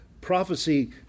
Prophecy